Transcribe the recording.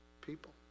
people